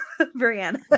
brianna